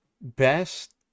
best